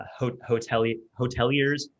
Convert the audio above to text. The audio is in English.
hoteliers